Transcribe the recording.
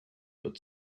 but